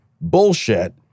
bullshit